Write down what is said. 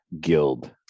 guild